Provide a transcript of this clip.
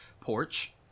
porch